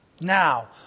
Now